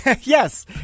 yes